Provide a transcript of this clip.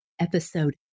episode